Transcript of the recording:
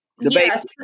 Yes